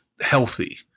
healthy